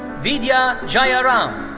vidya jayaram.